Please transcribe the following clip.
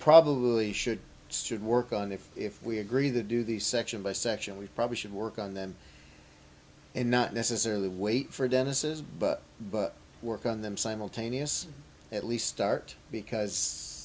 probably should should work on that if we agree they do the section by section we probably should work on them and not necessarily wait for dennis's but but work on them simultaneous at least start because